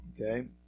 Okay